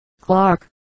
Clark